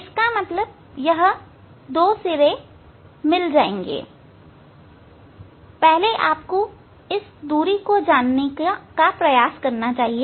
इसका मतलब यह 2 सिरे मिल जाएंगे पहले आपको इस दूरी को जानने की कोशिश करनी चाहिए